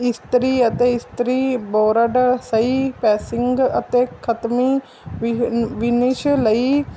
ਇਸਤਰੀ ਅਤੇ ਇਸਤਰੀ ਬੋਰਡ ਸਹੀ ਪੈਸਿੰਗ ਅਤੇ ਖਤਮੀ ਵਿਨਿਸ਼ ਲਈ